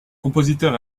compositeur